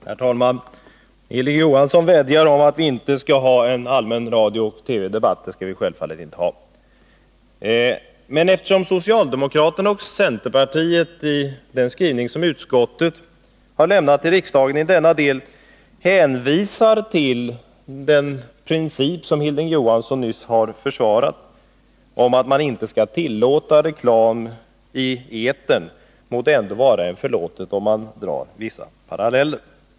Herr talman! Hilding Johansson vädjar om att vi inte skall ha en allmän radiooch TV-debatt, och det skall vi självfallet inte ha. Men eftersom socialdemokraterna och centerpartiet i den skrivning som utskottet har lämnat till riksdagen i denna del hänvisar till den princip som Hilding Johansson nyss har försvarat om att man inte skall tillåta reklam i etern, må det ändå vara en förlåtet om man drar vissa paralleller.